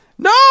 No